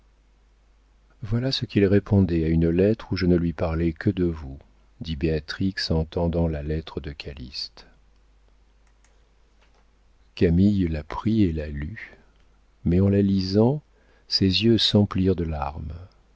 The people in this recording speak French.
voilà ce qu'il répondait à une lettre où je ne lui parlais que de vous dit béatrix en tendant la lettre de calyste camille la prit et la lut mais en la lisant ses yeux s'emplirent de larmes